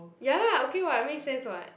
ya lah okay [what] make sense [what]